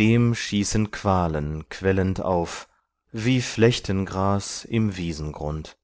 dem schießen qualen quellend auf wie flechtengras im wiesengrund